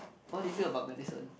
what did you feel about medicine